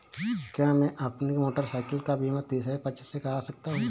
क्या मैं अपनी मोटरसाइकिल का बीमा तीसरे पक्ष से करा सकता हूँ?